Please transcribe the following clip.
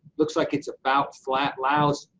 looks like it's about flat. laos,